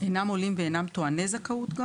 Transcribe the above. אינם עולים וגם אינם טועני זכאות?